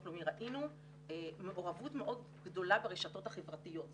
לאומי ראינו מעורבות מאוד גדולה ברשתות החברתיות,